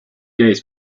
days